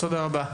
תודה רבה.